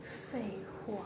废话